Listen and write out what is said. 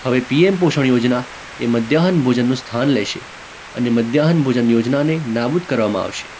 હવે પીએમ પોષણ યોજના એ મધ્યાહન ભોજનનું સ્થાન લેશે અને મધ્યાહન ભોજન યોજનાને નાબૂદ કરવામાં આવશે